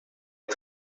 are